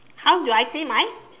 how do I think my